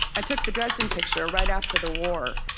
i took the dresden picture right after the war.